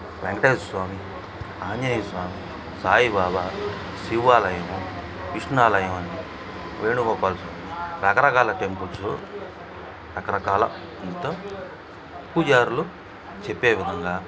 వెంకటేశ్వర స్వామి ఆంజనేయ స్వామి సాయిబాబా శివాలయము కిష్ణాలయమని వేణుగోపాల స్వామి రకరకాల టెంపుల్సు రకరకాల తో పూజార్లు చెప్పే విధంగా